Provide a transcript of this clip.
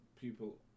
people